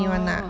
orh